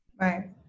right